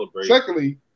secondly